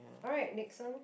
alright next one